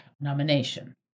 nomination